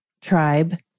tribe